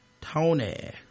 tony